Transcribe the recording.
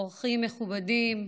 אורחים מכובדים,